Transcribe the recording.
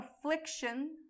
affliction